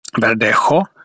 Verdejo